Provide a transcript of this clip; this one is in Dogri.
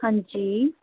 हांजी